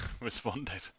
responded